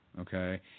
okay